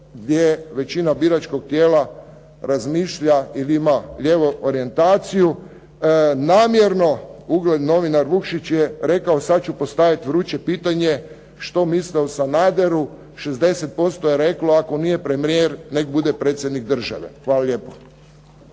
gdje većina biračkog tijela razmišlja ili ima lijevo orijentaciju, namjerno ugledni novinar Vukšić je rekao sad ću postaviti vruće pitanje što mislite o Sanaderu? 60% je reklo ako nije premijer, neka bude predsjednik države. Hvala lijepo.